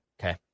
Okay